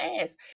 ass